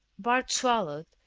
bart swallowed,